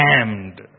damned